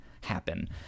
happen